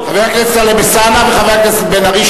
חבר הכנסת טלב אלסאנע וחבר הכנסת בן-ארי,